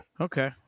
Okay